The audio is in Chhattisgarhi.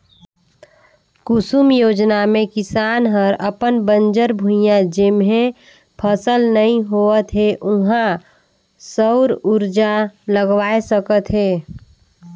कुसुम योजना मे किसान हर अपन बंजर भुइयां जेम्हे फसल नइ होवत हे उहां सउर उरजा लगवाये सकत हे